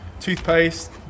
toothpaste